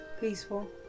Peaceful